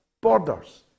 borders